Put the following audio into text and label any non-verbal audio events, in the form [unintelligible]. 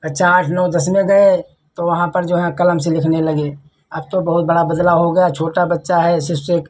कक्षा आठ नौ दस में गए तो वहाँ पर जो है कलम से लिखने लगे अब तो बहुत बड़ा बदलाव हो गया छोटा बच्चा है [unintelligible]